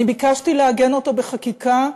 אני ביקשתי לעגן אותו בחקיקה,